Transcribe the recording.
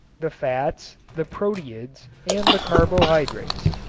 the fats, the proteids and the carbohydrates,